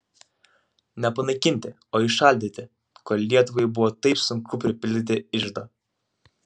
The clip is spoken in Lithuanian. ne panaikinti o įšaldyti kol lietuvai buvo taip sunku pripildyti iždą